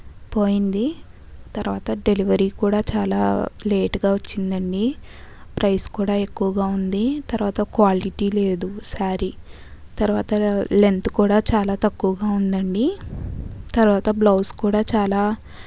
పోయింది తర్వాత డెలివరీ కూడా చాలా లేటుగా వచ్చిందండి ప్రైస్ కూడా ఎక్కువగా ఉంది తర్వాత క్వాలిటీ లేదు సారీ తర్వాత లెం లెంత్ కూడా చాలా తక్కువగా ఉందండి తర్వాత బ్లౌజ్ కూడా చాలా